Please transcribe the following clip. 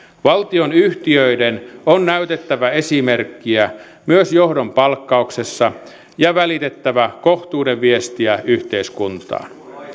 valtionyhtiöiden on näytettävä esimerkkiä myös johdon palkkauksessa ja välitettävä kohtuuden viestiä yhteiskuntaan